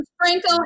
Franco